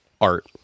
art